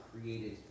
created